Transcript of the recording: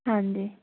ਹਾਂਜੀ